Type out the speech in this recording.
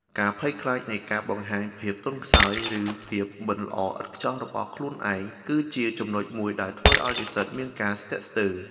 ការភ័យខ្លាចនៃការបង្ហាញភាពទន់ខ្សោយ ឬភាពមិនល្អឥតខ្ចោះរបស់ខ្លួនឯង ក៏ជាចំណុចមួយដែលធ្វើឱ្យនិស្សិតមានការស្ទាក់ស្ទើរ។